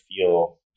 feel